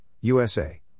USA